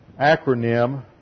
acronym